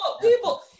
people